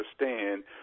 understand